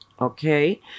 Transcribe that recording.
okay